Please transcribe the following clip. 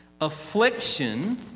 Affliction